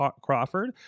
Crawford